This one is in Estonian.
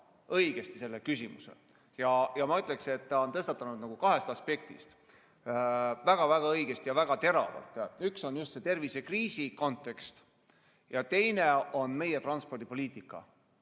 õigesti selle küsimuse. Ja ma ütleksin, et ta on tõstatanud selle kahest aspektist väga õigesti ja väga teravalt: üks on just see tervisekriisi kontekst ja teine on meie transpordipoliitika